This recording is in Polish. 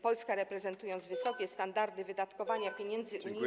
Polska, reprezentując wysokie standardy wydatkowania pieniędzy unijnych.